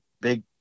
big